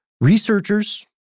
Researchers